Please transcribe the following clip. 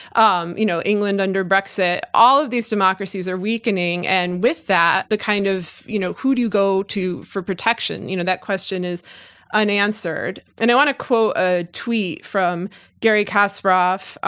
um you know england under brexit, all of these democracies are weakening and with that the kind of you know who do you go to for protection? you know that question is unanswered and i want to quote a tweet from garry kasparov,